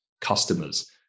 customers